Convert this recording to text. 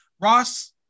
ross